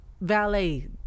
valet